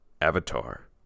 Avatar